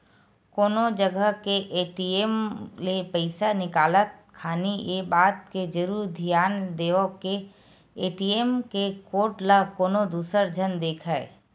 कोनो जगा के ए.टी.एम ले पइसा निकालत खानी ये बात के जरुर धियान देवय के ए.टी.एम के कोड ल कोनो दूसर झन देखय